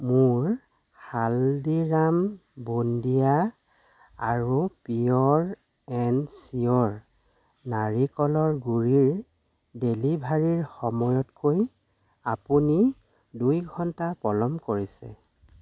মোৰ হালদিৰাম বুন্দিয়া আৰু পিয়'ৰ এণ্ড চিয়'ৰ নাৰিকলৰ গুড়িৰ ডেলিভাৰীৰ সময়তকৈ আপুনি দুই ঘণ্টা পলম কৰিছে